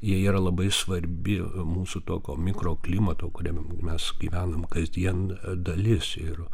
jie yra labai svarbi mūsų tokio mikroklimato kuriame mes gyvenam kasdien dalis ir